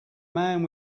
man